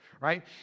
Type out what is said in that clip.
right